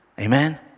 Amen